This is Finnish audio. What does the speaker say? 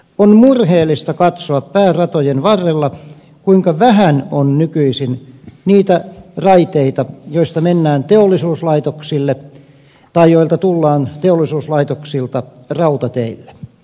on murheellista katsoa pääratojen varrella kuinka vähän on nykyisin niitä raiteita joilta mennään teollisuuslaitoksille tai joilta tullaan teollisuuslaitoksilta rautateille